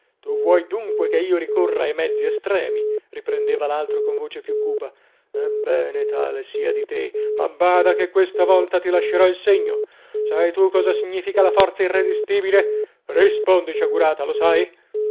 tu vuoi dunque che io ricorra ai mezzi estremi riprendeva l'altro con voce più cupa ebbene tal sia di te ma bada che questa volta ti lascerò il segno sai tu cosa significa la forza irresistibile rispondi sciagurata lo sai